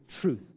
truth